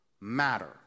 matter